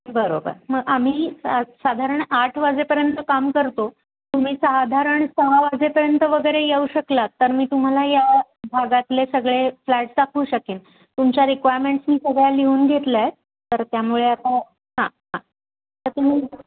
बरोबर मग आम्ही सा साधारण आठ वाजेपर्यंत काम करतो तुम्ही साधारण सहा वाजेपर्यंत वगैरे येऊ शकलात तर मी तुम्हाला या भागातले सगळे फ्लॅट्स दाखवू शकेन तुमच्या रिक्वायमेंट्स मी सगळ्या लिहून घेतल्या आहे तर त्यामुळे आता हां हां